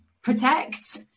protect